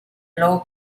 low